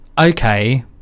okay